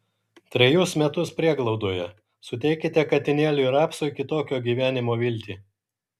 trejus metus prieglaudoje suteikite katinėliui rapsui kitokio gyvenimo viltį